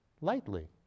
lightly